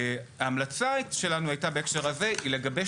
בהקשר הזה ההמלצה שלנו הייתה לגבש